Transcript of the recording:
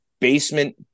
basement